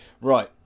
Right